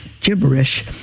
gibberish